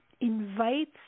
invites